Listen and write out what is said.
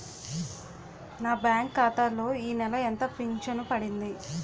నా బ్యాంక్ ఖాతా లో ఈ నెల ఎంత ఫించను వచ్చింది?